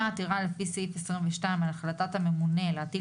מי שאחראי על זה הוא אותו תאגיד שהוא חייב למלא את כל